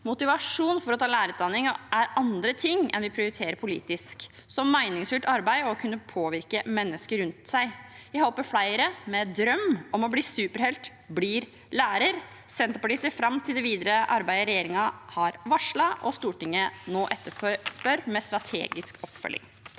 Motivasjon for å ta lærerutdanning er andre ting enn det vi prioriterer politisk, som meningsfylt arbeid og å kunne påvirke mennesker rundt seg. Jeg håper flere med en drøm om å bli superhelt blir lærer. Senterpartiet ser fram til det videre arbeidet regjeringen har varslet, og som Stortinget nå etterspør, med strategisk oppfølging.